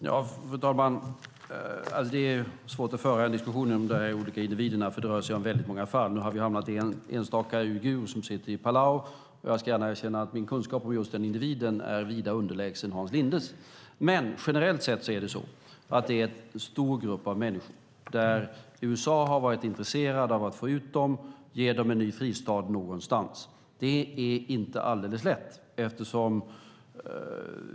Fru talman! Det är svårt att föra en diskussion om de olika individerna. Det rör sig om väldigt många olika fall. Nu har vi hamnat vid en enstaka uigur som sitter i Palau. Jag kan gärna erkänna att min kunskap om just den individen är vida underlägsen Hans Lindes. Generellt sett är det en stor grupp av människor där USA har varit intresserat av att få ut dem och ge dem en ny fristad någonstans. Det är inte alldeles lätt.